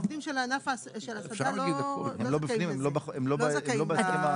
עובדי ענף ההסעדה לא זכאים לזה.